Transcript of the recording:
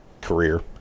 career